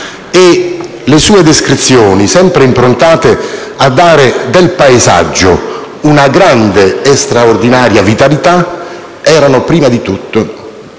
Le sue narrazioni, sempre improntate a dare del paesaggio una grande e straordinaria vitalità, erano prima di tutto